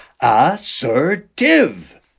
assertive